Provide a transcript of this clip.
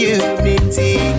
unity